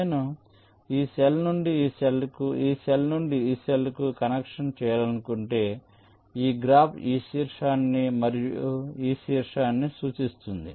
నేను ఈ సెల్ నుండి ఈ సెల్కు ఈ సెల్ నుండి ఈ సెల్కు కనెక్షన్ చేయాలనుకుంటే ఈ గ్రాఫ్ ఈ శీర్షాన్ని మరియు ఈ శీర్షాన్ని సూచిస్తుంది